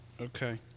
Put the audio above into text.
Okay